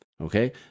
Okay